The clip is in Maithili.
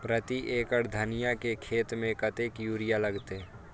प्रति एकड़ धनिया के खेत में कतेक यूरिया लगते?